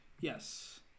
Yes